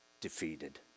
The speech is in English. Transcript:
defeated